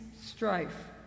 strife